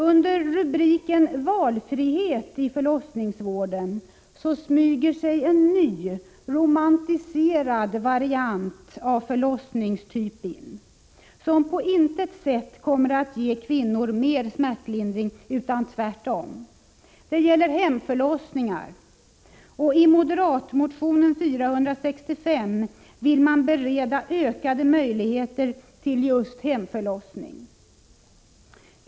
Under rubriken Valfrihet i förlossningsvården smyger sig in en ny, romantiserad variant av förlossningstyp, som på intet sätt kommer att innebära mer smärtlindring för kvinnor, utan tvärtom. Det är hemförlossningar. I moderatmotionen 465 vill man bereda ökade möjligheter till just hemförlossning.